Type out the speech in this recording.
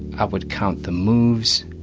i would count the moves,